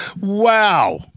wow